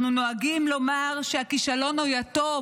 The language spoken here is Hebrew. אנחנו נוהגים לומר שהכישלון הוא יתום,